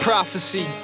prophecy